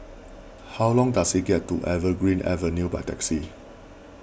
how long does it get to Evergreen Avenue by taxi